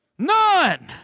None